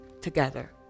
together